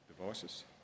devices